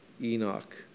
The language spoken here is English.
Enoch